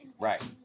Right